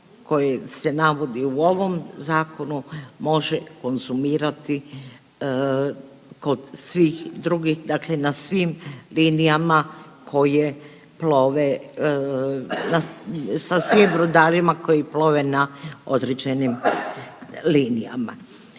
koje se navodi u ovom zakonu može konzumirati kod svih drugih, dakle na svim linijama koje plove, sa svim brodarima koji plove na određenim linijama,